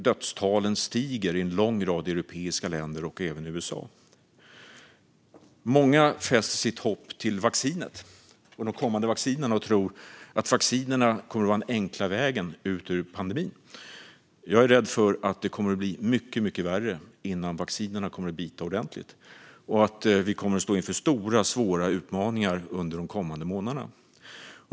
Dödstalen stiger i en lång rad europeiska länder och även i USA. Många sätter sitt hopp till de kommande vaccinerna och tror att de kommer att vara den enkla vägen ut ur pandemin. Jag är rädd för att det kommer att bli mycket, mycket värre innan vaccinerna kommer att bita ordentligt och att vi kommer att stå inför stora och svåra utmaningar under de kommande månaderna.